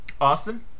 Austin